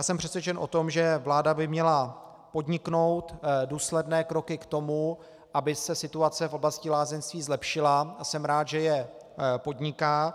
Jsem přesvědčen o tom, že vláda by měla podniknout důsledné kroky k tomu, aby se situace v oblasti lázeňství zlepšila, a jsem rád, že je podniká.